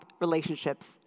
relationships